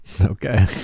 Okay